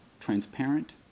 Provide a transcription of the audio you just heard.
transparent